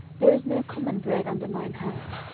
there is no common bread under mine hand,